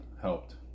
Helped